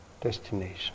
destination